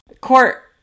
court